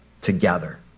together